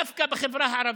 דווקא בחברה הערבית,